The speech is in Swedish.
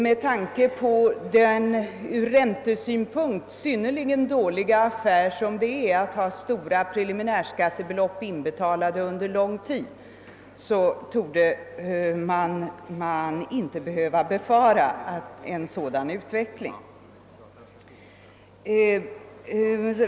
Med tanke på den från räntesynpunkt synnerligen dåliga affär som det är att ha stora preliminärskattebelopp innestående under lång tid torde man inte behöva befara en sådan utveckling.